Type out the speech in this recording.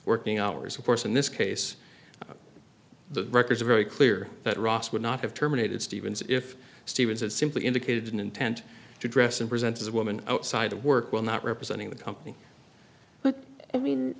working hours of course in this case the records are very clear that ross would not have terminated stevens if stevens had simply indicated an intent to dress and present as a woman outside of work while not representing the company but i mean